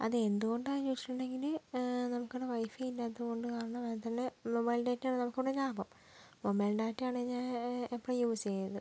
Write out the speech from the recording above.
അത് എന്ത് കൊണ്ടാന്ന് ചോദിച്ചിട്ടുണ്ടെങ്കില് നമുക്ക് ഇവിടെ വൈഫൈ ഇല്ലാത്തത് കൊണ്ടും കാരണം അതു തന്നെ മൊബൈൽ ഡാറ്റ ആണ് നമുക്ക് ഇവിടെ ലാഭം മൊബൈൽ ഡാറ്റ ആണെങ്കിൽ ഞാൻ ഇപ്പോൾ യൂസ് ചെയ്യുന്നത്